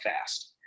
fast